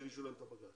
שיגישו להם את הבג"צ.